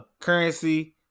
Currency